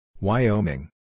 Wyoming